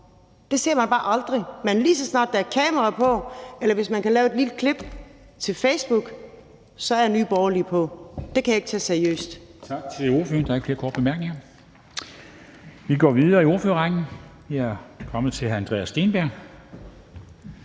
Det ser man bare aldrig. Men lige så snart der er kamera på, eller hvis man kan lave et lille klip til Facebook, så er Nye Borgerlige på. Det kan jeg ikke tage seriøst.